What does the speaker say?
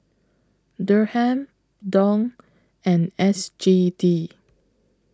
Dirham Dong and S G D